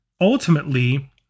ultimately